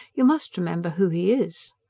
you must remember who he is.